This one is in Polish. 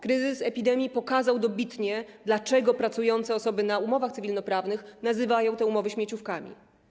Kryzys epidemii pokazał dobitnie, dlaczego pracujące osoby na umowach cywilnoprawnych nazywają te umowy śmieciówkami.